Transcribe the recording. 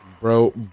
Bro